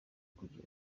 kugira